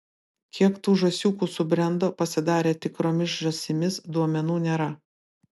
kiek tų žąsiukų subrendo pasidarė tikromis žąsimis duomenų nėra